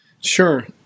Sure